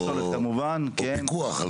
פסולת, או פיקוח.